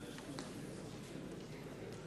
מצביעה סטס מיסז'ניקוב,